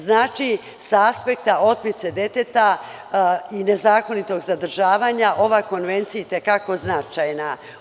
Znači, sa aspekta otmice deteta i nezakonitog zadržavanja ova konvencija je itekako značajna.